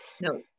no